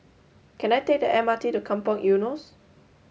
can I take the M R T to Kampong Eunos